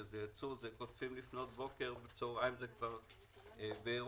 כשקוטפים לפנות בוקר ובצוהריים זה כבר באירופה,